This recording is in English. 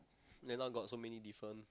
then now got so many different